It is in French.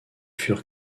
furent